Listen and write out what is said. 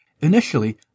Initially